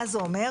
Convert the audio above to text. מה זה אומר?